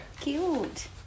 Cute